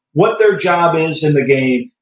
what their job is in the game,